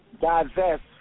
divest